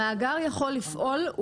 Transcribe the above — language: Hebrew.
המאגר יכול לפעול.